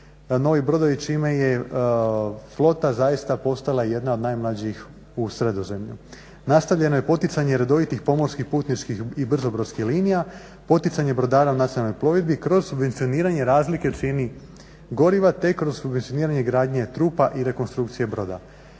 novi brodovi čime je flota zaista postala jedna od najmlađih u Sredozemlju. Nastavljeno je poticanje redovitih pomorskih putničkih i brzobrodskih linija, poticanje brodara nacionalnoj plovidbi kroz subvencioniranje razlike čini goriva te kroz subvencioniranje gradnje trupa i rekonstrukcije broda.